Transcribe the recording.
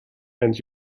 and